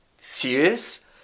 serious